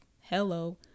Hello